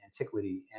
antiquity